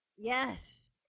yes